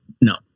No